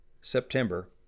September